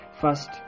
first